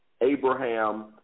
Abraham